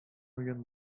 уен